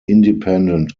independent